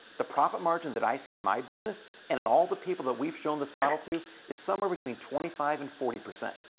the profit margin that i see in my business and in all the people that we've shown this model to is somewhere between twenty five and forty percent.